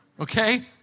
Okay